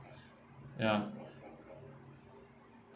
ya